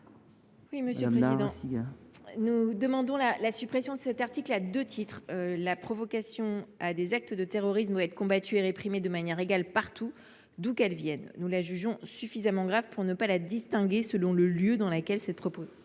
Mme Corinne Narassiguin. demandons la suppression de cet article à deux titres. D’une part, la provocation à des actes de terrorisme doit être combattue et réprimée de manière égale partout, d’où qu’elle vienne. Nous la jugeons suffisamment grave pour ne pas la distinguer selon le lieu dans lequel elle est